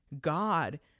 God